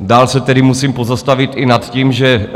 Dál se tedy musím pozastavit i nad tím, že